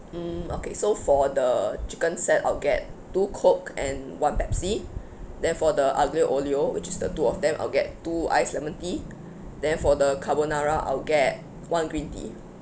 mm okay so for the chicken set I'll get two coke and one Pepsi then for the aglio e olio which is the two of them I'll get two iced lemon tea then for the carbonara I'll get one green tea